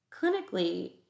clinically